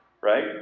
Right